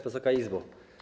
Wysoka Izbo!